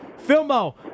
Filmo